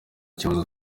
kibazo